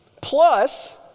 plus